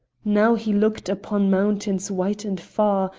now he looked upon mountains white and far,